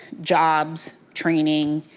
jobs, training,